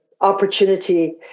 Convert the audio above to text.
opportunity